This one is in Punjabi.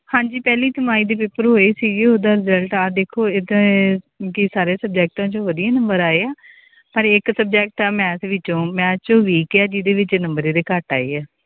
ਹਾਂਜੀ ਪਹਿਲੀ ਛਮਾਈ ਦੇ ਪੇਪਰ ਹੋਏ ਸੀ ਜੀ ਉਹਦਾ ਰਿਜ਼ਲਟ ਆਹ ਦੇਖੋ ਇਹਦੇ ਕਿ ਸਾਰੇ ਸਬਜੈਕਟਾਂ ਚੋਂ ਵਧੀਆ ਨੰਬਰ ਆਏ ਆ ਪਰ ਇੱਕ ਸਬਜੈਕਟ ਆ ਮੈਥ ਵਿੱਚੋਂ ਮੈਥ ਚੋਂ ਵੀਕ ਹੈ ਜਿਹਦੇ ਵਿੱਚ ਨੰਬਰ ਇਹਦੇ ਘੱਟ ਆਏ ਹੈ